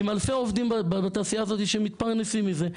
עם אלפי עובדים בתעשייה הזאת שמתפרנסים מזה,